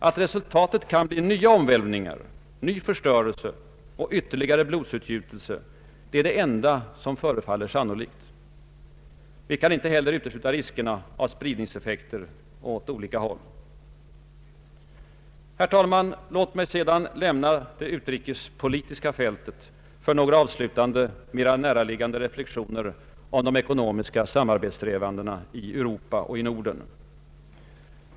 Att resultatet kan bli nya omvälvningar, ny förstörelse och ytterligare blodsutgjutelse, det är det enda som förefaller sannolikt. Vi kan inte heller utesluta riskerna för spridningseffekter åt olika håll. Herr talman! Låt mig lämna det utrikespolitiska fältet för några avslutande mera näraliggande reflexioner om de ekonomiska samarbetssträvandena i Europa och i Norden.